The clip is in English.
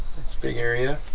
that's big area.